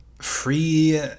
free